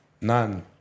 none